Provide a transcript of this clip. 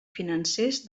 financers